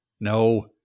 No